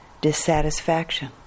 dissatisfaction